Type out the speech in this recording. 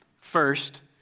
First